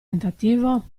tentativo